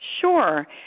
Sure